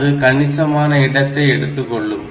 அது கணிசமான இடத்தை எடுத்துக்கொள்ளும்